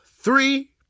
three